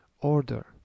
order